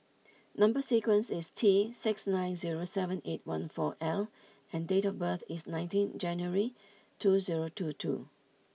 number sequence is T six nine zero seven eight one four L and date of birth is nineteen January two zero two two